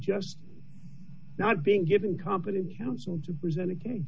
just not being given competent counsel to present a case